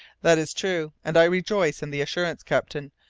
that is true, and i rejoice in the assurance, captain.